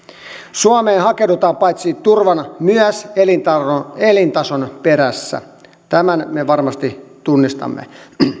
suomeen hakeudutaan paitsi turvan myös elintason perässä tämän me varmasti tunnistamme